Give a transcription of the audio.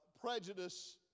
prejudice